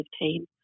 team